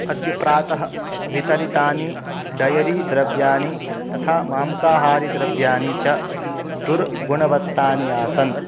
अद्य प्रातः वितरितानि डयरी द्रव्याणि तथा मांसाहारीद्रव्याणि च दुर्गुणवत्तानि आसन्